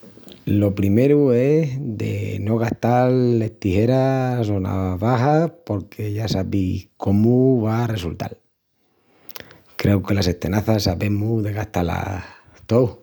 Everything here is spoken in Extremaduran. Lo primeru es de no gastal estijeras o navajas porque ya sabis cómu vá a resultal. Creu que las estenazas sabemus de gastá-las tous.